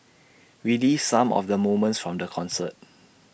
relives some of the moments from the concert